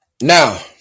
now